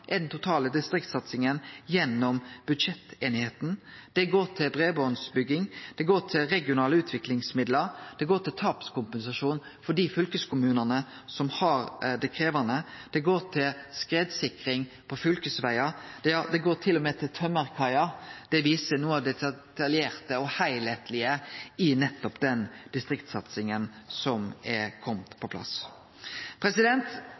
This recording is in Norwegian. er den totale distriktssatsinga gjennom budsjetteinigheita. Det går til breibandbygging, det går til regionale utviklingsmidlar, det går til tapskompensasjon for dei fylkeskommunane som har det krevjande, det går til skredsikring på fylkesvegar – ja det går til og med til tømmerkaier. Det viser noko av det detaljerte og heilskaplege i den distriktssatsinga som er komen på